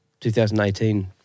2018